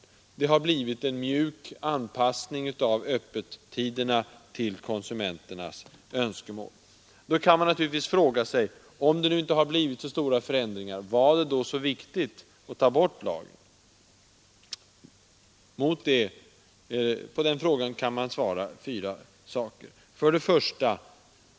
Det har blivit en mjuk anpassning av öppettiderna till konsumenternas önskemål. Då kan man naturligtvis fråga sig: Om det nu inte har blivit så stora förändringar, var det då så viktigt att avskaffa lagen? På den frågan kan man svara i följande fyra punkter: 1.